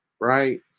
right